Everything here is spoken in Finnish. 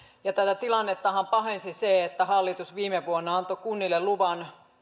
tätä tilannettahan pahensi se että hallitus viime vuonna antoi kunnille luvan